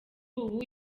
ubu